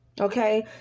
okay